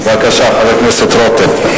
בבקשה, חבר הכנסת רותם.